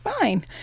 fine